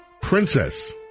princess